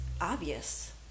obvious